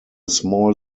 small